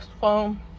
phone